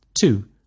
Two